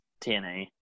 tna